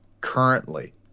currently